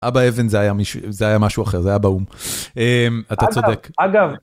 אבא אבן זה היה מישהו, זה היה משהו אחר, זה היה באו"ם. אתה צודק. על פניו, אגב.